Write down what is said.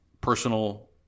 personal